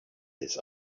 his